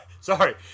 sorry